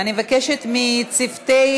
אני מבקשת מצוותי